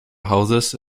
hauses